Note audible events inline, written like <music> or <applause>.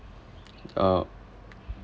<noise> uh